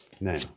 now